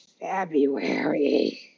February